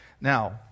Now